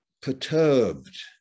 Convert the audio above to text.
perturbed